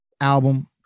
album